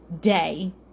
day